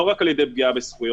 לא רק על ידי פגיעה בזכויות,